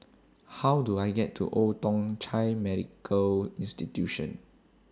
How Do I get to Old Thong Chai Medical Institution